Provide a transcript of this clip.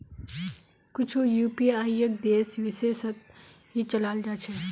कुछु यूपीआईक देश विशेषत ही चलाल जा छे